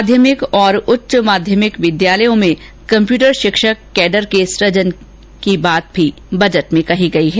माध्यमिक और उच्च माध्यमिक विद्यालयों में कंप्यूटर षिक्षक कैडर के सजन की बात भी कही गयी है